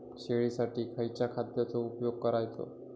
शेळीसाठी खयच्या खाद्यांचो उपयोग करायचो?